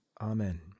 Amen